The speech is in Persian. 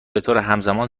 بطورهمزمان